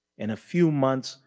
in a few months,